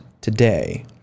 today